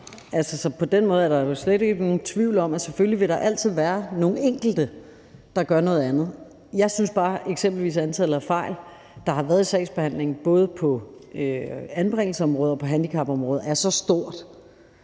så på den måde er der jo slet ikke nogen tvivl om, at der selvfølgelig altid vil være nogle enkelte, der gør noget andet. Jeg synes bare, at eksempelvis antallet af fejl, der har været i sagsbehandlingen på både anbringelsesområdet og handicapområdet er så stort,